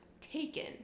taken